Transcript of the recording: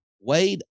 Wade